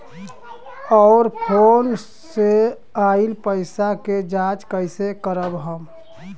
और फोन से आईल पैसा के जांच कैसे करब हम?